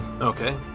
Okay